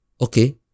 Okay